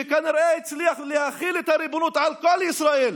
שכנראה הצליח להחיל את הריבונות על כל ישראל.